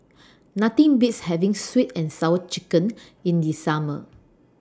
Nothing Beats having Sweet and Sour Chicken in The Summer